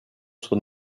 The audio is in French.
son